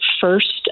first